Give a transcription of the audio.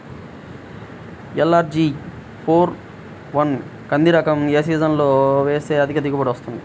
LRG four one కంది రకం ఏ సీజన్లో వేస్తె అధిక దిగుబడి వస్తుంది?